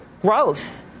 growth